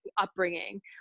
upbringing